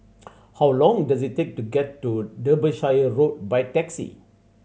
how long does it take to get to Derbyshire Road by taxi